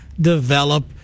develop